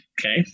Okay